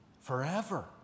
forever